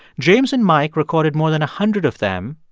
james and mike recorded more than a hundred of them.